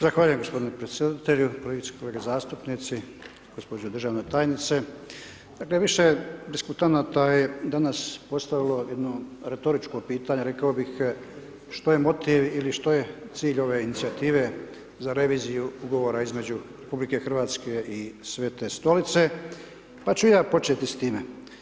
Zahvaljujem g. predsjedatelju, kolegice i kolege zastupnici, gđa. državna tajnice, dakle, više diskutanata je danas postavilo jedno retoričko pitanje rekao bi, što je motiv ili što je cilj ove inicijative, za reviziju ugovora između RH i Svete Stolice, pa ću ja početi s time.